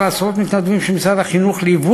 ואז עשרות מתנדבים של משרד החינוך ליוו